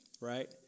right